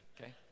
okay